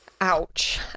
Ouch